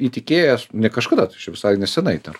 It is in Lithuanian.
įtikėjęs kažkada tai čia visai nesenai dar